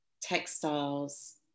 textiles